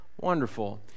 wonderful